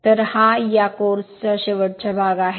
तर हा या कोर्स चा शेवटचा भाग आहे